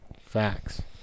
Facts